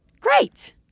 great